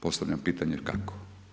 Postavljam pitanje kako?